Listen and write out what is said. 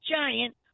giant